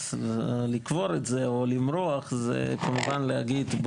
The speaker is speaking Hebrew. לקבור את זה או למרוח זה כמובן להגיד,